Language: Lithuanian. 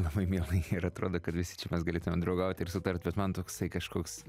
labai mielai ir atrodo kad visi čia mes galėtumėm draugauti ir sutarti bet man toksai kažkoks